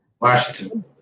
Washington